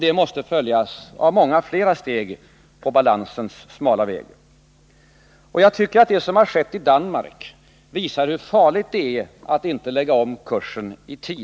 Det måste följas av många flera steg på balansens smala väg. Jag tycker att det som skett i Danmark visar hur farligt det är att inte i tid lägga om kursen.